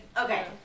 Okay